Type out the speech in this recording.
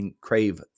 crave